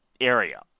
area